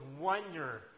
wonder